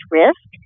risk